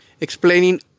explaining